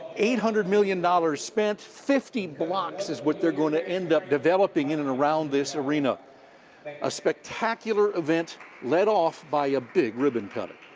eight hundred million dollars spent. fifty blocks is what they're gonna end up developing in and around this arena a spectacular event led off by a big ribbon-cutting.